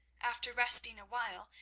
after resting awhile,